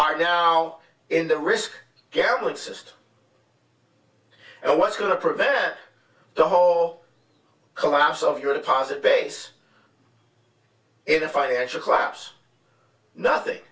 are now in the risk gambling system and what's going to prevent the whole collapse of your deposit base and the financial collapse nothing